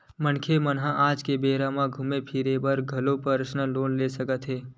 मनखे मन ह आज के बेरा म घूमे फिरे बर घलो परसनल लोन ले सकत हे